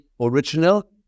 original